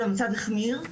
אבל המצב החמיר,